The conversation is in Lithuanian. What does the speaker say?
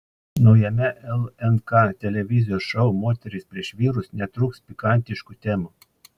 naujame lnk televizijos šou moterys prieš vyrus netrūks pikantiškų temų